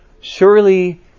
Surely